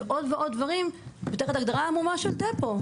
של עוד ועוד דברים תחת הגדרה עמומה של דפו.